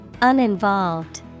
Uninvolved